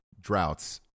droughts